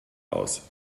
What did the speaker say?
aus